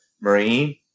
Marine